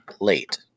late